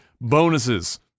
bonuses